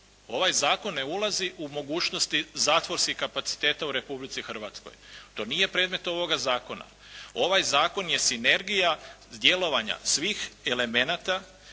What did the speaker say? Ovaj zakon ne ulazi u mogućnosti zatvorskih kapaciteta u Republici Hrvatskoj, to nije predmet ovoga zakona. Ovaj zakon je sinergija djelovanja svih elemenata,